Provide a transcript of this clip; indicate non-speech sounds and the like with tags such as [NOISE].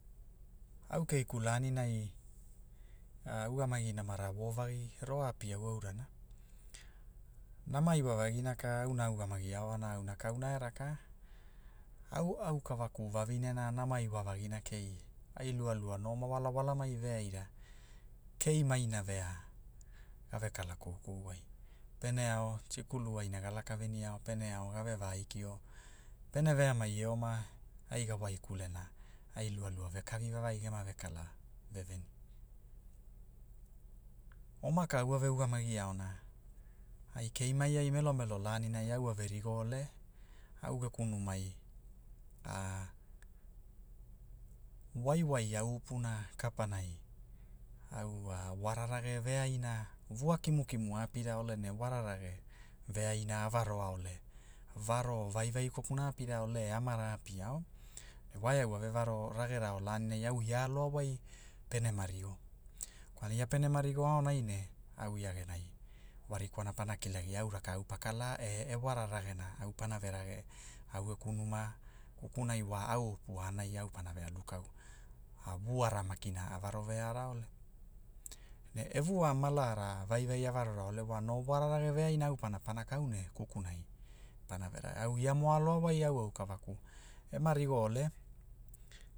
Au keiku laninai, [HESITATION] ugamagi namara wo vagi ro a ap auaurana, nama iwavagina ka auna a ugamagiaona kauna e raka, au aukavaku vavinena nama iwavagina kei, ai lualua no ma walawalamai veaira, keimai na vea, gave kala koukou wai, pene ao, tikulu aina ga laka veniao pene ao gave va aikio, pene veamai e oma, ai ga waikulena, ai lualua vekavi vavagi gema ve kala, veveni, oma ka au ave ugamagi aona, ai kei ai mai melo melo lanina au a ve rigo ole, au geku numai, [HESITATION] waiwai auupuna, kapanai, au wa wararage veaina, vua kimukimu a apira ole ne wara rage, veaina a varoa ole, varo vaivai kapuna a apira ole amara a apiao, ne wa e au ave varo ragerao laninai au ia a aloa wai pene ma rigo kwalana ia pene ma rigo aonai ne, au ia genai, wa rikwana pana kilagia au rakau pakala e e wararagena au pana verage au geku numa, kukunai wa auupu aanai au pana ve alu kau, a- vuara makina a varo ve ara ole, ne e vua malara vaivai a varora ole wa no wararage veaina au pana pana kau ne kukunai, pana ve rage, au iamo a aloa wai au aukavaku ema rigo ole